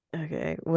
Okay